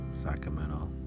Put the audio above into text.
Sacramento